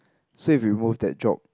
so if you remove that job